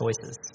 choices